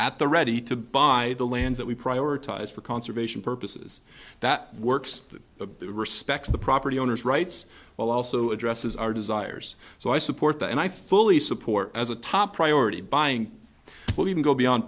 at the ready to buy the lands that we prioritize for conservation purposes that works respects the property owner's rights while also addresses our desires so i support the and i fully support as a top priority buying even go beyond